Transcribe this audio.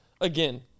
again